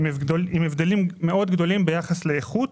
שכוללים הבדלים מאוד גדולים ביחס לאיכות